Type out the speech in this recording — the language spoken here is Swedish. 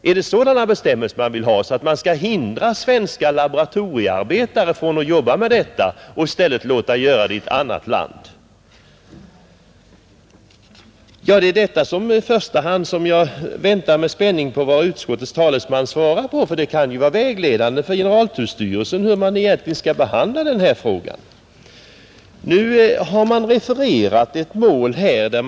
Är det sådana bestämmelser man vill ha, så att man skall hindra svenska laboratoriearbetare från att jobba med detta och i stället låta göra det i ett annat land? Det är denna fråga som jag i första hand med spänning väntar på att utskottets talesman skall besvara, för det kan ju vara vägledande för generaltullstyrelsen när det gäller hur man egentligen skall behandla dessa ärenden.